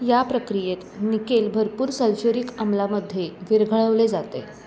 या प्रक्रियेत निकेल भरपूर सल्फ्यूरिक आम्लामध्ये विरघळवले जाते